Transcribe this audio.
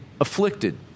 afflicted